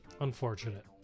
Unfortunate